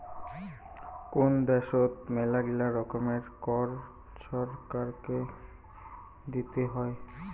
কোন দ্যাশোতে মেলাগিলা রকমের কর ছরকারকে দিতে হই